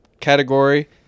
category